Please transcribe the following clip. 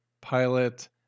pilot